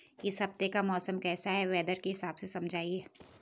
इस हफ्ते का मौसम कैसा है वेदर के हिसाब से समझाइए?